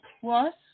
plus